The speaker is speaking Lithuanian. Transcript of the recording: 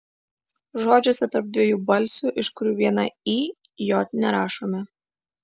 žodžiuose tarp dviejų balsių iš kurių viena i j nerašome